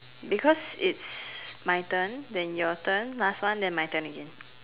because it's my turn then your turn last one then my turn again